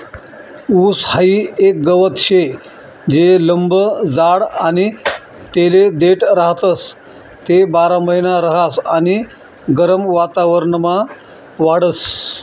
ऊस हाई एक गवत शे जे लंब जाड आणि तेले देठ राहतस, ते बारामहिना रहास आणि गरम वातावरणमा वाढस